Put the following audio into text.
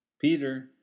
Peter